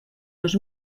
dos